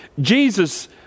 Jesus